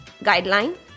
guideline